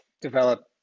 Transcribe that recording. develop